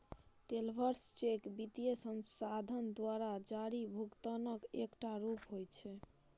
travellers cheque वित्तीय संस्थान द्वारा जारी भुगतानक एकटा रूप होइ छै